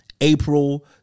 April